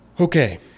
Okay